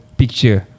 picture